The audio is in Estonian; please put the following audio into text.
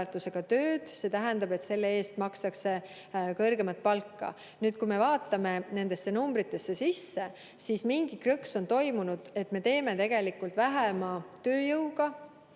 ka seda, et selle eest makstakse kõrgemat palka. Kui me vaatame nendesse numbritesse sisse, siis mingi krõks on käinud: me tagame tegelikult vähema tööjõuga